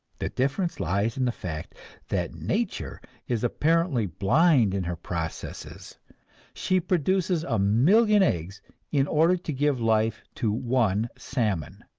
the difference lies in the fact that nature is apparently blind in her processes she produces a million eggs in order to give life to one salmon,